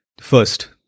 First